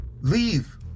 leave